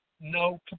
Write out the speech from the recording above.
no